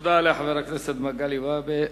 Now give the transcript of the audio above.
תודה לחבר הכנסת מגלי והבה.